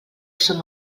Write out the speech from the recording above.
són